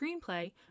Screenplay